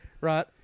right